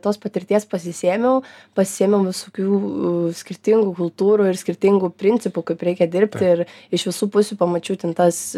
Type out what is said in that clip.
tos patirties pasisėmiau pasiėsėmiau visokių skirtingų kultūrų ir skirtingų principų kaip reikia dirbti ir iš visų pusių pamačiau ten tas